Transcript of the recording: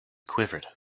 quivered